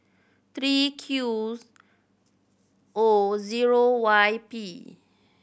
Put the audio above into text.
three Q O zero Y P